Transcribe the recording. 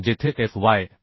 आहे जेथे Fy